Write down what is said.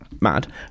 mad